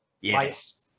Yes